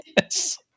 Yes